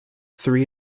three